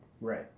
Right